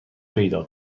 پیدا